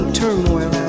turmoil